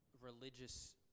religious